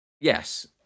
Yes